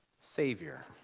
savior